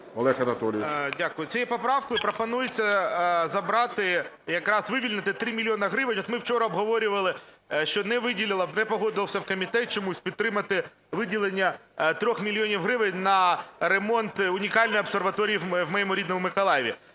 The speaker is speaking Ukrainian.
О.А. Дякую. Цією поправкою пропонується забрати, якраз вивільнити 3 мільйони гривень. От ми вчора обговорювали, що не виділили, не погодився комітет чомусь підтримати виділення 3 мільйонів гривень на ремонт унікальної обсерваторії в моєму рідному Миколаєві.